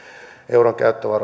euron